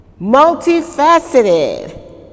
Multifaceted